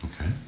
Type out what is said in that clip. Okay